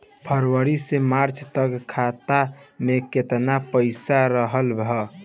फरवरी से मई तक खाता में केतना पईसा रहल ह?